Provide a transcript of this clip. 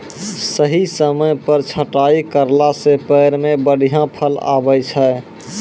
सही समय पर छंटाई करला सॅ पेड़ मॅ बढ़िया फल आबै छै